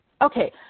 Okay